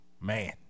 Man